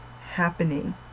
happening